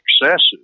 excesses